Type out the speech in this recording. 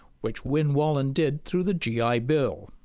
which win wallin did through the g i. bill.